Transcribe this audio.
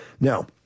Now